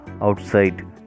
outside